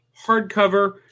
hardcover